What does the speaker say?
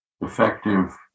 effective